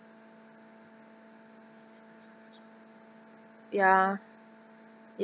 ya